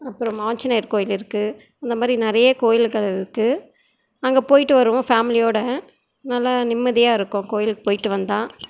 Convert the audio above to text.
அப்புறம் ஆஞ்சனேயர் கோயில் இருக்குது இந்த மாரி நிறைய கோயில்கள் இருக்குது அங்கே போயிட்டு வருவோம் ஃபேமிலியோட நல்லா நிம்மதியக இருக்கும் கோயிலுக்கு போயிட்டு வந்தால்